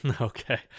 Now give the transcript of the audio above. okay